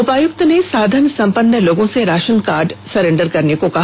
उपायुक्त ने साधन संपन्न लोगों से राशन कार्ड सरेंडर करने को कहा